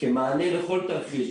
כמענה לכל תרחיש.